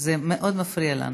זה מאוד מפריע לנו.